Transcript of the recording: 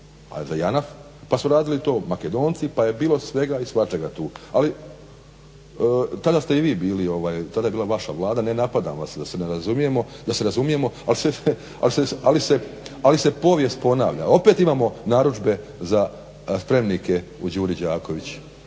pa su radili to Makedonci pa je bilo svega i svačega tu. Tada ste i vi bili, tada je bila vaša Vlada, ne napadam vas da se razumijemo. Ali se povijest ponavlja, opet imamo narudžbe za spremnike u "Đuri Đaković".